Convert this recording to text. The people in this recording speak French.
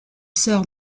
sir